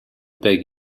beg